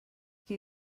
qui